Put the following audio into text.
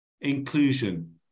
inclusion